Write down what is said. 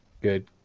Good